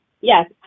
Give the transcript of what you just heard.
yes